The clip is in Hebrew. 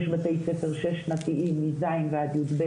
יש בתי ספר שש שנתיים מ-ז' ועד י"ב,